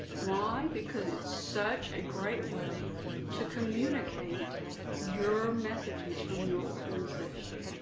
why? because it's such a great way to communicate your messages from your organization.